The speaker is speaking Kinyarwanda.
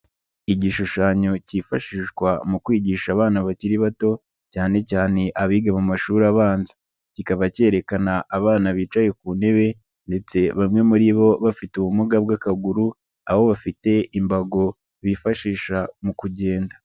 Igishushanyo kifashishwa mu kwigisha abana bakiri bato, cyane cyane abiga mu mashuri abanza. Kikaba cyerekana abana bicaye ku ntebe, ndetse bamwe muri bo bafite ubumuga bw'akaguru, aho bafite imbago bifashisha mu kugenda.